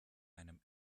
einem